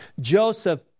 Joseph